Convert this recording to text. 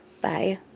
Bye